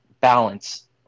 balance